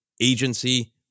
agency